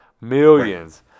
Millions